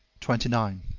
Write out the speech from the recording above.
twenty nine.